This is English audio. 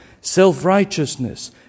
self-righteousness